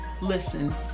listen